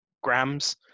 grams